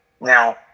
Now